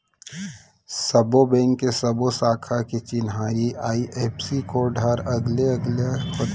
सब्बो बेंक के सब्बो साखा के चिन्हारी आई.एफ.एस.सी कोड ह अलगे अलगे होथे